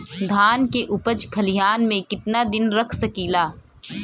धान के उपज खलिहान मे कितना दिन रख सकि ला?